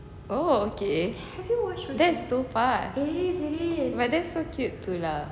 oh okay that's so fast but that's so cute too lah